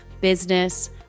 business